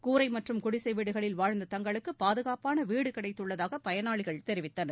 கூரை மற்றும் குடிசை வீடுகளில் வாழ்ந்த தங்களுக்கு பாதுகாப்பாள வீடு கிடைத்துள்ளதாக பயனாளிகள் தெரிவித்தனர்